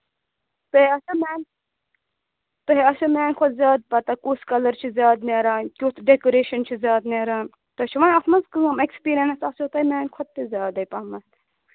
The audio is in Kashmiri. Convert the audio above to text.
تۄہہِ آسیا میانہِ تۄہہِ آسوٕ میٛانہِ کھۄتہٕ زیادٕ پَتہ کُس کَلَر چھِ زیادٕ نیران کیُتھ ڈیکُریشَن چھُ زیادٕ نیران تۄہہِ چھُو وۄنۍ اَتھ منٛز کٲم ایٚکٕسپیٖریَنٕس آسیو تۄہہِ میٛانہِ کھۄتہٕ تہِ زیادَے پَہمَتھ